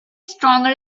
stronger